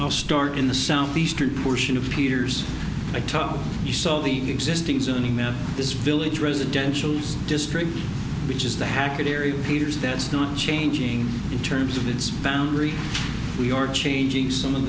i'll start in the southeastern portion of peter's i talked you saw the existing zoning there this village residential district which is the hackett area papers that's not changing in terms of its boundary we are changing some of